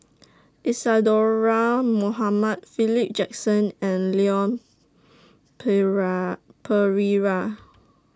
Isadhora Mohamed Philip Jackson and Leon Perera